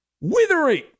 withering